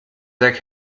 deck